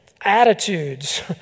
attitudes